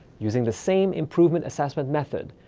using the same improvement assessment method,